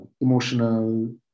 emotional